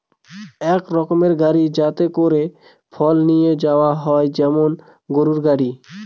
এক রকমের গাড়ি যাতে করে ফল নিয়ে যায় যেমন গরুর গাড়ি